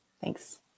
Thanks